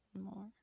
more